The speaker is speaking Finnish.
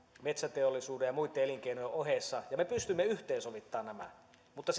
metsäteollisuuden ja muitten elinkeinojen ohessa me pystymme yhteensovittamaan nämä mutta